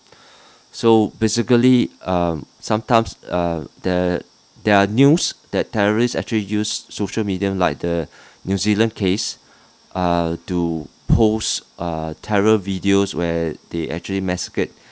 so basically um sometimes uh the there are news that terrorist actually use social media like the new zealand case uh to post uh terror videos where they actually massacred